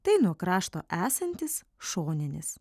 tai nuo krašto esantis šoninis